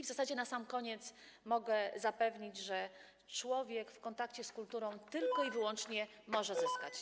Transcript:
W zasadzie na sam koniec mogę zapewnić, że człowiek w kontakcie z kulturą może tylko i wyłącznie zyskać.